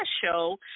show